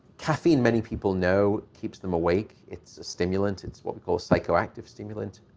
caffeine, many people know, keeps them awake. it's a stimulant. it's what we call psychoactive stimulant.